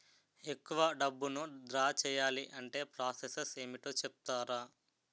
ఎక్కువ డబ్బును ద్రా చేయాలి అంటే ప్రాస సస్ ఏమిటో చెప్తారా?